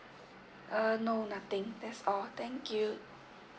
uh no nothing that's all thank you